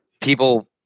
people